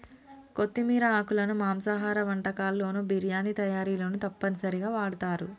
కొత్తిమీర ఆకులను మాంసాహార వంటకాల్లోను బిర్యానీ తయారీలోనూ తప్పనిసరిగా వాడుతారు